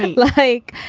and like,